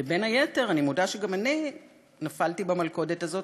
ובין היתר, ואני מודה שגם אני נפלתי במלכודת הזאת,